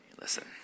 Listen